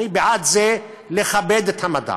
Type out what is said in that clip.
אני בעד לכבד את המדע.